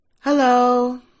Hello